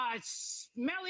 smelly